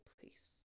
place